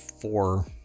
four